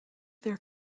their